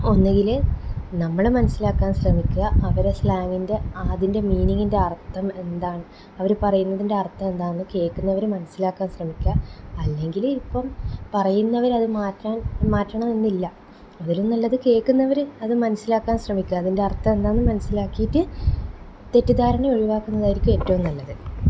ഒന്നുകിൽ നമ്മൾ മനസിലാക്കാൻ ശ്രമിക്കുക അവരെ സ്ലാങ്ങിൻ്റെ അതിൻ്റെ മീനിങ്ങിൻ്റെ അർഥം എന്താണെന്ന് അവർ പറയുന്നതിൻ്റെ അർഥം എന്താണെന്ന് കേൾക്കുന്നവർ മനസിലാക്കാൻ ശ്രമിക്കുക അല്ലെങ്കിൽ ഇപ്പം പറയുന്നവർ അത് മാറ്റണം മാറ്റണമെന്നില്ല അതിലും നല്ലത് കേക്കുന്നവർ അത് മനസിലാക്കാൻ ശ്രമിക്കുക അതിൻ്റെ അർഥം എന്താണെന്നു മനസിലാക്കിയി ട്ട് തെറ്റിദ്ധാരണ ഒഴിവാക്കുന്നതായിരിക്കും ഏറ്റവും നല്ലത്